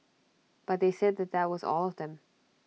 but they said that that was all of them